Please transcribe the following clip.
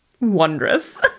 wondrous